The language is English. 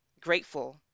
grateful